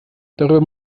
darüber